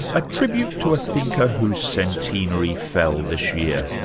a tribute to a thinker whose centenary fell this year.